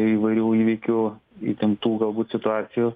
įvairių įvykių įtemptų galbūt situacijų